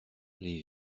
les